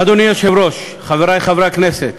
אדוני היושב-ראש, חברי חברי הכנסת,